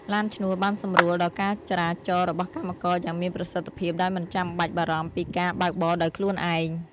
ឡានឈ្នួលបានសម្រួលដល់ការចរាចរណ៍របស់កម្មករយ៉ាងមានប្រសិទ្ធភាពដោយមិនចាំបាច់បារម្ភពីការបើកបរដោយខ្លួនឯង។